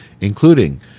including